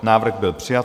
Návrh byl přijat.